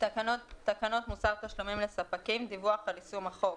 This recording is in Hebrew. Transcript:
"תקנות מוסר תשלומים לספקים (דיווח על יישום החוק),